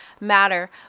matter